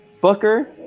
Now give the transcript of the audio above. Booker